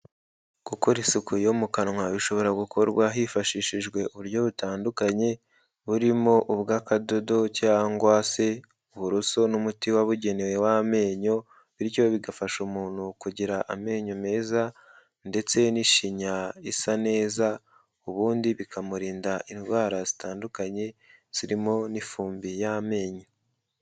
Gukora isuku yo mu kanwa bishobora gukorwa hifashishijwe uburyo butandukanye, burimo ubw'akadodo cyangwa se uburuso n'umuti wabugenewe w'amenyo bityo bigafasha umuntu kugira amenyo meza ndetse n'ishinya isa neza, ubundi bikamurinda indwara zitandukanye zirimo n'ifumbi y'amenyo.